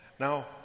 Now